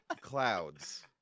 Clouds